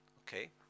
okay